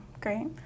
great